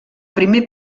primer